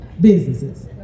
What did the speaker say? businesses